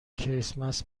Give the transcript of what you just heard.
کریسمس